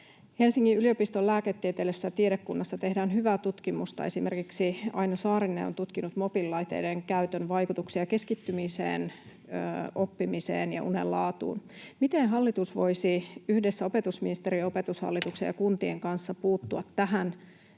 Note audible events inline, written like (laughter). Helsingin yliopiston lääketieteellisessä tiedekunnassa tehdään hyvää tutkimusta. Esimerkiksi Aino Saarinen on tutkinut mobiililaitteiden käytön vaikutuksia keskittymiseen, oppimiseen ja unen laatuun. Miten hallitus voisi yhdessä opetusministeriön, Opetushallituksen (noise) ja kuntien kanssa puuttua tähän